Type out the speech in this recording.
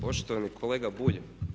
Poštovani kolega Bulj!